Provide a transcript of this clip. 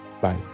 bye